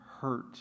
hurt